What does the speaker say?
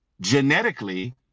genetically